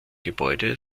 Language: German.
gebäude